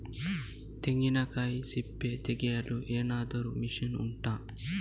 ತೆಂಗಿನಕಾಯಿ ಸಿಪ್ಪೆ ತೆಗೆಯಲು ಏನಾದ್ರೂ ಮಷೀನ್ ಉಂಟಾ